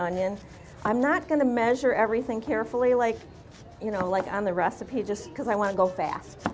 onions i'm not going to measure everything carefully like you know like on the recipe just because i want to go fast